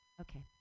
okay